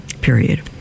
period